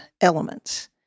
elements